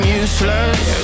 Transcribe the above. useless